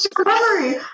sorry